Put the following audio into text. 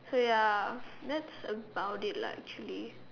so ya that's about it lah actually